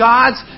God's